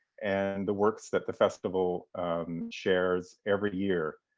and the works that the festival shares every year.